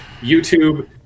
youtube